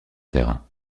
terrain